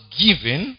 given